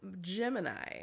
gemini